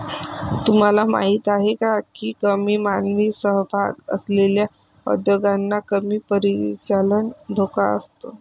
तुम्हाला माहीत आहे का की कमी मानवी सहभाग असलेल्या उद्योगांना कमी परिचालन धोका असतो?